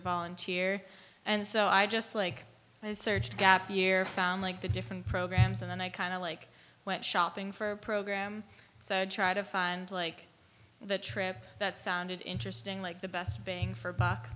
or volunteer and so i just like i searched gap year found like the different programs and i kind of like went shopping for a program so try to find like the trip that sounded interesting like the best bang for buck